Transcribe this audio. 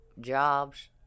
jobs